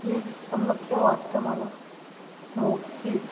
ही एक समस्या वाटते मला मोठाली